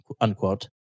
unquote